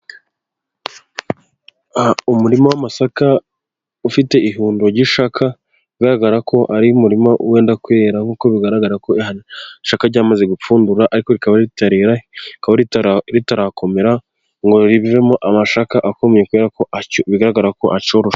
Umurima w'amasaka ufite ihundo ry'isaka bigaragara ko ari umurima wenda kwera nk'uko bigaragara ko isaka ryamaze gupfundura ariko rikaba ritarera, rikaba ritarakomera ngo rivemo amasaka akomeye kubera ko bigaragara ko acyoroshye.